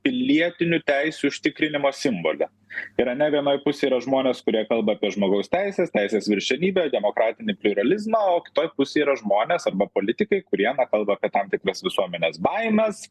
pilietinių teisių užtikrinimo simboliu ir ane vienoj pusėj yra žmonės kurie kalba apie žmogaus teises teisės viršenybę demokratinį pliuralizmą o kitoj pusėj yra žmonės arba politikai kurie na kalba tam tikras visuomenės baimes